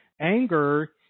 Anger